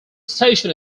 station